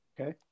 Okay